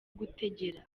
gutegera